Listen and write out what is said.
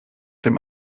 dem